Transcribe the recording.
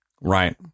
Right